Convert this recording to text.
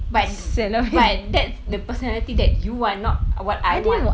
but but that's the personality that you want not what I want